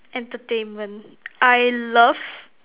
entertainment I love